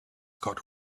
got